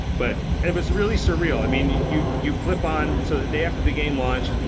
but it was really surreal. i mean, you you flip on so the day after the game launched,